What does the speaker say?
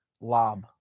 Lob